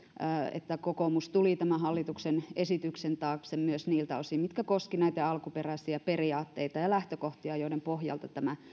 että kokoomus tuli tämän hallituksen esityksen taakse myös niiltä osin mitkä koskivat näitä alkuperäisiä periaatteita ja lähtökohtia joiden pohjalta tämä